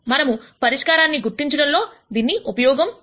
మనము పరిష్కారాన్ని గుర్తించడంలో దీన్ని ఉపయోగము చూద్దాం